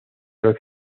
los